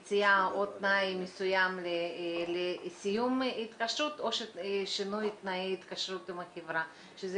הוא לא יצטרך לשלם לא את האגרה ולא את שכר טרחת עורך דין של